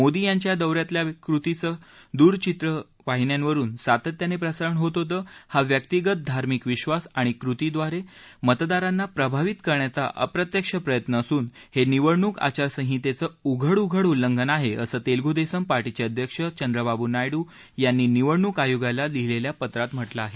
मोदी यांच्या या दौ यातल्या कृतींचं दूर चित्रवाहिन्यांवरून सातत्यानं प्रसारण होत होतं हा व्यक्तीगत धार्मिक विश्वास आणि कृतीद्वारे मतदारांना प्रभावित करण्याचा अप्रत्यक्ष प्रयत्न असून हे निवडणूक आचारसंहितेचं उघड उघड उल्लंघन आहे असं तेलगू देसम पार्टीचे अध्यक्ष चंद्राबाबू नायडू यांनी निवडणूक आयोगाला दिलेल्या पत्रात म्हटलं आहे